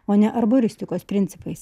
o ne arboristikos principais